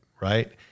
right